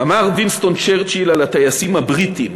אמר וינסטון צ'רצ'יל על הטייסים הבריטים,